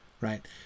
Right